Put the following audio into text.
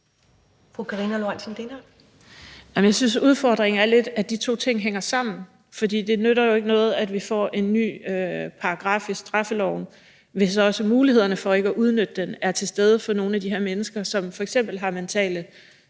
Jeg synes, at udfordringen lidt er, at de to ting hænger sammen. For det nytter jo ikke noget, at vi får en ny paragraf i straffeloven, hvis ikke også mulighederne for at udnytte den er til stede for nogle af de her mennesker, som f.eks. har mentale